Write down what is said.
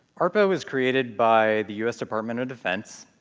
arpanet was created by the us department of defense,